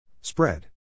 Spread